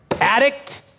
Addict